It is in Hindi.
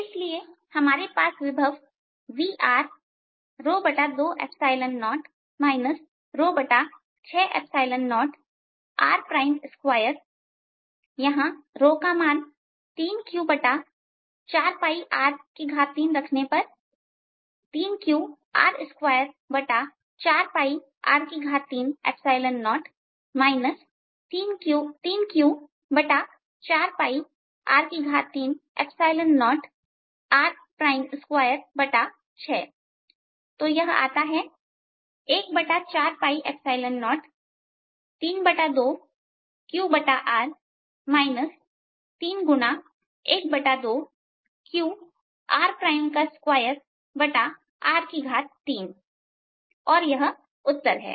इसलिए हमारे पास विभव V20 60r2 यहां का मान 3Q4R3 रखने पर 3QR24R30 3Q4R30r26तो यह आता है 14032QR 312Qr2 R3और यह उत्तर है